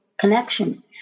Connection